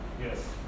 Yes